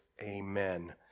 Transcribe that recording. Amen